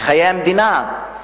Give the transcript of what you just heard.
לחיי המדינה,